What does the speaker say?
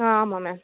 ஆ ஆமாம் மேம்